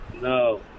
No